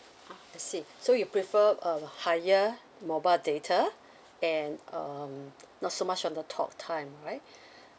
ah I see so you prefer a higher mobile data and um not so much on the talk time right